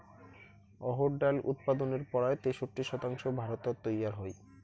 অহর ডাইল উৎপাদনের পরায় তেষট্টি শতাংশ ভারতত তৈয়ার হই